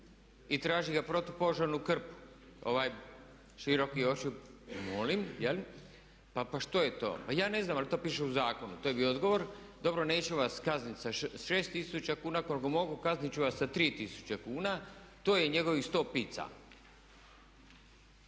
i traži ga protupožarnu krpu. Ovaj široki …/Govornik se ne razumije./… molim, jel? Pa što je to? Pa ja ne znam, pa to piše u zakonu. To je bio odgovor. Dobro, neću vas kazniti sa 6 tisuća kuna koliko mogu, kazniti ću vas sa 3 tisuće kuna. To je njegovih 100 pizza.